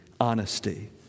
honesty